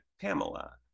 Pamela